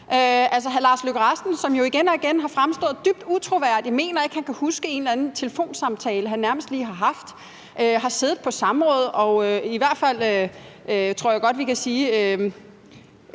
Udenrigsministeren har jo igen og igen fremstået dybt utroværdigt: Han mener ikke, han kan huske en eller anden telefonsamtale, han nærmest lige har haft, og han har siddet på samråd og i hvert fald, tror jeg godt vi kan sige,